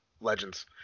Legends